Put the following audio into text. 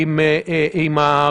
אני מוכן לנסות בשלב מסוים בלי זה.